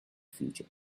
future